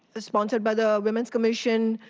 ah sponsored by the way man's commission,